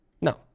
No